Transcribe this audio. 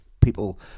people